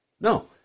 No